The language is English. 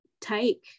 take